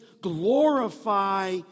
glorify